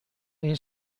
این